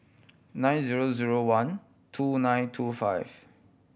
nine zero zero one two nine two five